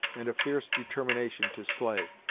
and a fierce determination to slay.